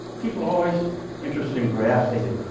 people are always interested in graphs. they say,